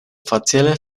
facile